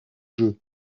jeu